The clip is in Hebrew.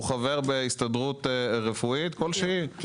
הוא חבר בהסתדרות רפואית כלשהי,